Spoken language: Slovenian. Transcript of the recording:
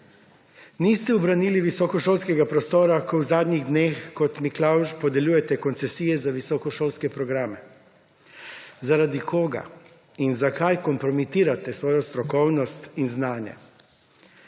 Niste obranili visokošolskega prostora, ko v zadnjih dneh kot Miklavž podeljujete koncesije za visokošolske programe. Zaradi koga in zakaj kompromitirate svojo strokovnost in znanje?